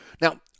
Now